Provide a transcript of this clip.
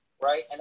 right